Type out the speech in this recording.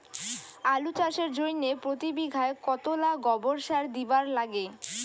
আলু চাষের জইন্যে প্রতি বিঘায় কতোলা গোবর সার দিবার লাগে?